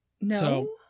no